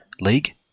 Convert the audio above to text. League